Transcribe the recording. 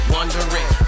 Wondering